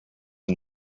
and